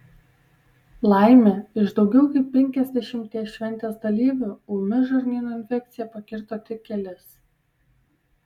laimė iš daugiau kaip penkiasdešimties šventės dalyvių ūmi žarnyno infekcija pakirto tik kelis